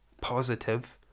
positive